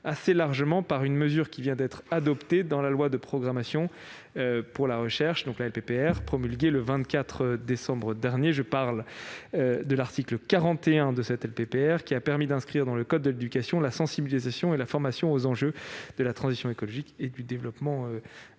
assez largement satisfaite par une mesure qui vient d'être adoptée dans la loi de programmation de la recherche, promulguée le 24 décembre dernier. Je parle de l'article 41 de cette loi, qui a permis d'inscrire dans le code de l'éducation la sensibilisation et la formation aux enjeux de la transition écologique et du développement durable.